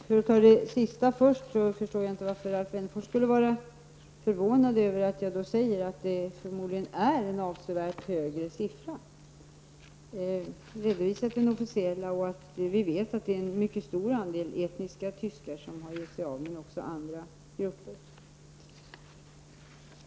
Fru talman! För att ta det sista först, så förstår jag inte varför Alf Wennerfors skulle vara förvånad över att jag säger att det förmodligen är en avsevärt högre siffra. Jag har redovisat den officiella siffran -- och att vi vet att det är en stor andel etniska tyskar som har gett sig av, men också andra grupper.